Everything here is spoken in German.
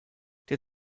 der